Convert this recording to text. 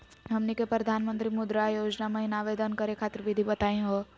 हमनी के प्रधानमंत्री मुद्रा योजना महिना आवेदन करे खातीर विधि बताही हो?